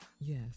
Yes